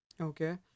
Okay